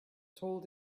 told